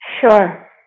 Sure